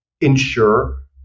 ensure